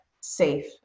safe